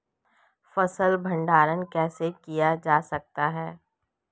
फ़सल भंडारण कैसे किया जाता है?